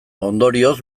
ondorioz